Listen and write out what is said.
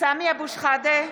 סמי אבו שחאדה,